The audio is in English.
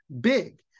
big